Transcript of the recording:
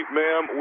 ma'am